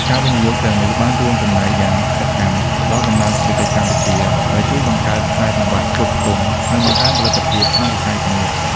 ការវិនិយោគទាំងនេះបានរួមចំណែកយ៉ាងសកម្មដល់កំណើនសេដ្ឋកិច្ចកម្ពុជា ដោយជួយបង្កើតខ្សែសង្វាក់ផ្គត់ផ្គង់ និងបង្កើនផលិតភាពក្នុងវិស័យទាំងនោះ។